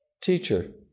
Teacher